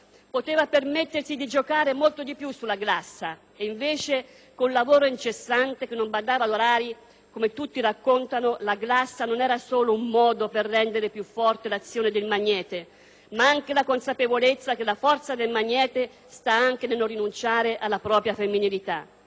Poteva permettersi di giocare molto di più sulla glassa. Invece, con il lavoro incessante, che non badava ad orari, come tutti raccontano, la glassa non era solo un modo per rendere più forte l'azione del magnete, ma pure la consapevolezza che la forza del magnete sta anche nel non rinunciare alla propria femminilità.